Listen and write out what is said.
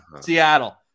Seattle